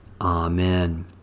Amen